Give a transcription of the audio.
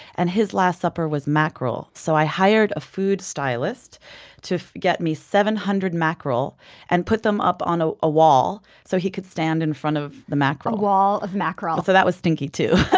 and his last supper was mackerel. so i hired a food stylist to get me seven hundred mackerel and put them up on ah a wall so he could stand in front of the mackerel a wall of mackerel so that was stinky too